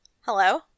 Hello